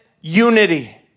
unity